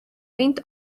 went